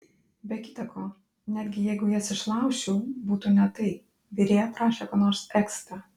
be kita ko netgi jeigu jas išlaužčiau būtų ne tai virėja prašė ko nors ekstra